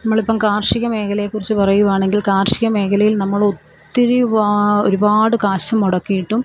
നമ്മൾ ഇപ്പം കാർഷിക മേഖലയെക്കുറിച്ച് പറയുകയാണെങ്കിൽ കാർഷിക മേഖലയിൽ നമ്മൾ ഒത്തിരി ഒരുപാട് കാശ് മുടക്കിയിട്ടും